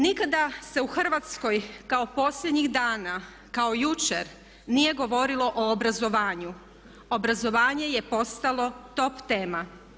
Nikada se u Hrvatskoj kao posljednjih dana, kao jučer nije govorilo o obrazovanju, obrazovanje je postalo top tema.